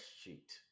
sheet